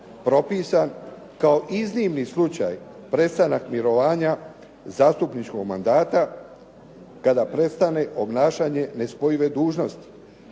propisan kao iznimni slučaj prestanak mirovanja zastupničkog mandata kada prestane obnašanje nespojive dužnosti.